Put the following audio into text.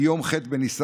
בגליל?